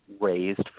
raised